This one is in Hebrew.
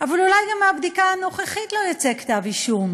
אבל אולי גם מהבדיקה הנוכחית לא יצא כתב-אישום.